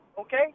okay